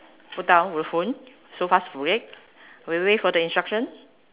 put down the phone so fast break we wait for the instruction